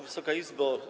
Wysoka Izbo!